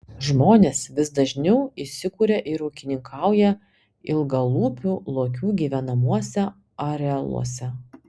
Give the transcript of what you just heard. žmonės vis dažniau įsikuria ir ūkininkauja ilgalūpių lokių gyvenamuose arealuose